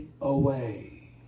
away